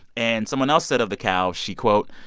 and someone else said of the cow she, quote,